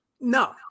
No